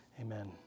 Amen